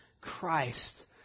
Christ